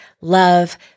love